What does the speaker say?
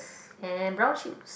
and brown shoes